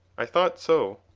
i thought so.